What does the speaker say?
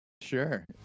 Sure